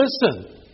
listen